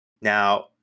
Now